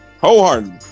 Wholeheartedly